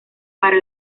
para